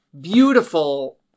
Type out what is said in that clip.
beautiful